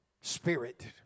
spirit